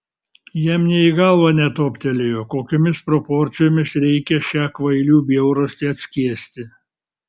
jam nė į galvą netoptelėjo kokiomis proporcijomis reikia šią kvailių bjaurastį atskiesti